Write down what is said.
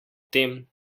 tem